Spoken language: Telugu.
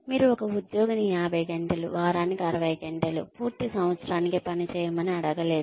మీరు ఒక ఉద్యోగిని 50 గంటలు వారానికి 60 గంటలు పూర్తి సంవత్సరానికి పని చేయమని అడగలేరు